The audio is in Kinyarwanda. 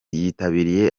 yitabiriye